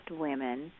women